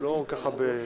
בבקשה.